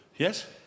Yes